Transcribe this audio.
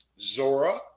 Zora